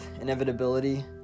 inevitability